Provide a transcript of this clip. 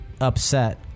upset